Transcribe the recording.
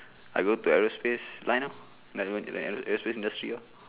I go to aerospace line lor like aerospace industry lor